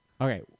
Okay